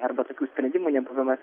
arba tokių sprendimų nebuvimas